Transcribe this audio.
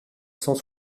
cent